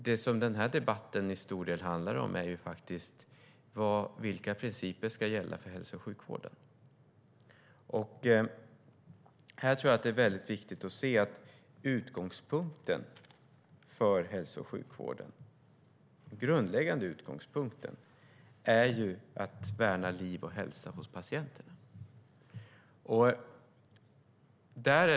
Det som den här debatten till stor del handlar om är faktiskt vilka principer som ska gälla för hälso och sjukvården. Här tror jag att det är viktigt att se att den grundläggande utgångspunkten för hälso och sjukvården är att värna liv och hälsa hos patienterna.